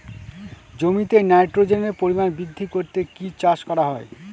জমিতে নাইট্রোজেনের পরিমাণ বৃদ্ধি করতে কি চাষ করা হয়?